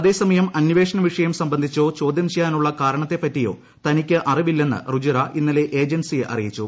അതേസമയം അന്വേഷണ വിഷയം സംബന്ധിച്ചോ ചോദ്യം ചെയ്യാനുള്ള കാരണത്തെപ്പറ്റിയോ തനിക്ക് അറിവില്ലെന്ന് റുജിറ ഇന്നലെ ഏജൻസിയെ അറിയിച്ചു